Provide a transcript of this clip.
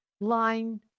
line